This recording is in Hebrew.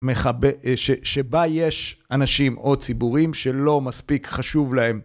שבה יש אנשים או ציבורים שלא מספיק חשוב להם.